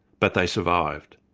but they survived.